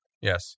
Yes